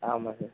ஆமாம் சார்